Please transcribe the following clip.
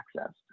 access